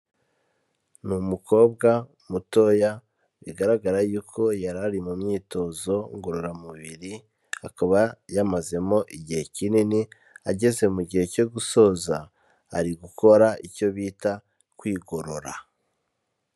Ni umukobwa mutoya, bigaragara yuko yari ari mu myitozo ngororamubiri, akaba yamazemo igihe kinini, ageze mu gihe cyo gusoza, ari gukora icyo bita kwigorora.